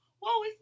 whoa